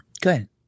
Good